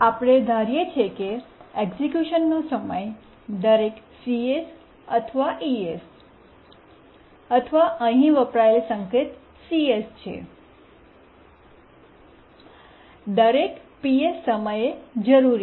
આપણે ધારીએ છીએ કે એક્ઝેક્યુશનનો સમય દરેક cs અથવા es અથવા અહીં વપરાયેલ સંકેત cs છે દરેક Ps સમયે જરૂરી છે